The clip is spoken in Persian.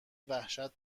وحشت